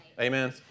Amen